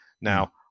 Now